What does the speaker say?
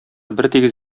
бертигез